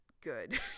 good